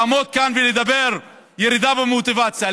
לעמוד כאן ולדבר: ירידה במוטיבציה,